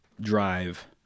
drive